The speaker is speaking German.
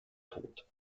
tod